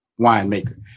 winemaker